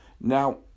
Now